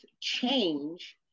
change